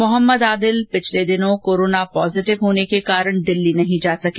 मोहम्मद आदिल पिछले दिनों corona positive होने के कारण दिल्ली नहीं जा सके